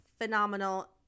phenomenal